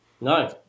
No